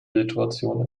situation